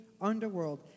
underworld